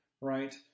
right